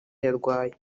yarwaye